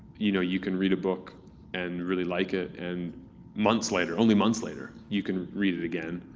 you know you can read a book and really like it, and months later, only months later you can read it again.